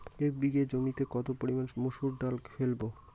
এক বিঘে জমিতে কত পরিমান মুসুর ডাল ফেলবো?